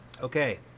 Okay